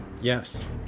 Yes